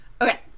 Okay